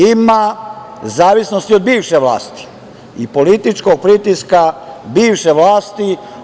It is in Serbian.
Ima u zavisnosti od bivše vlasti i političkog pritiska bivše vlasti.